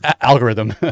algorithm